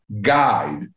guide